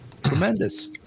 Tremendous